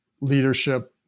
leadership